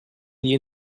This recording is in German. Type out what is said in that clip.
nie